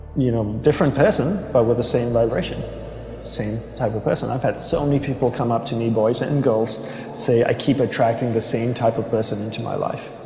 you know different person but with the same vibration same type of person i've had so many people come up to me boys and girls say i keep attracting the same type of person into my life